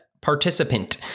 participant